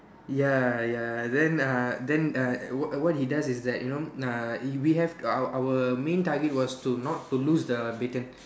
ya ya then uh then uh what what he does is that you know uh we have our our main target was to not to loose the baton